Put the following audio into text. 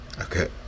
Okay